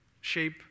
shape